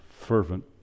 fervent